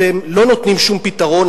אתם לא נותנים שום פתרון.